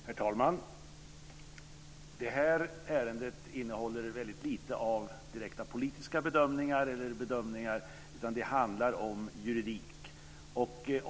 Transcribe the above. Herr talman! Det här ärendet innehåller väldigt lite av direkta politiska bedömningar, utan det handlar om juridik.